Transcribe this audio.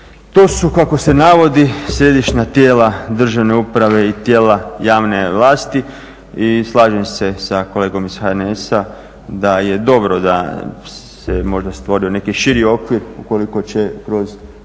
To su kako se navodi središnja tijela državne uprave i tijela javne vlasti i slažem se sa kolegom iz HNS-a da je dobro da se možda stvorio neki širi okvir ukoliko će kroz